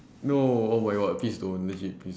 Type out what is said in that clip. no oh my god please don't legit please